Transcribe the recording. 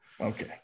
Okay